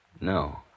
No